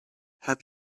have